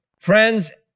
Friends